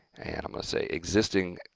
and i'm going to say existing,